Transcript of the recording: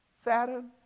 Saturn